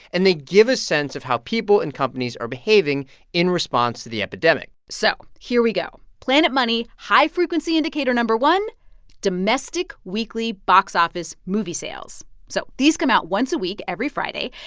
and they give a sense of how people and companies are behaving in response to the epidemic so here we go. planet money high-frequency indicator no. one domestic weekly box office movie sales. so these come out once a week every friday,